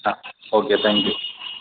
ah okay thank you